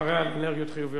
זה מראה על אנרגיות חיוביות.